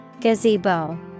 Gazebo